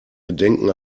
gedenken